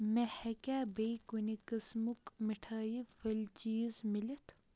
مےٚ ہیٚکیٛاہ بیٚیہِ کُنہِ قٕسمُک مِٹھایہِ پھٔلۍ چیٖز میلِتھ